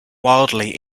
wildly